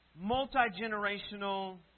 multi-generational